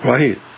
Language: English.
Right